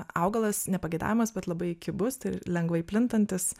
augalas nepageidaujamas bet labai kibus ir lengvai plintantis